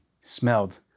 smelled